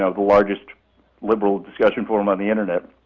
ah the largest liberal discussion forum on the internet,